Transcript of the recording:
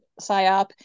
psyop